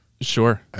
Sure